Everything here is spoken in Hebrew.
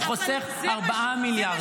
הוא חוסך 4 מיליארד.